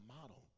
model